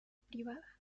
privada